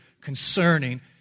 concerning